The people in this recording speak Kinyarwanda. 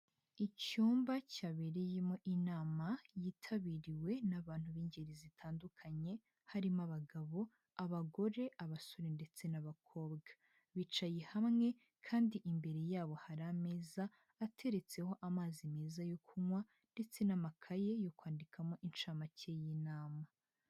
Icyumba cyabereyemo inama yitabiriwe n'abantu b'ingeri zitandukanye, harimo abagabo, abagore, abasore ndetse n'abakobwa, bicaye hamwe kandi imbere yabo hari ameza ateretseho amazi meza yo kunywa ndetse n'amakaye yo kwandikamo inshamake y'inama.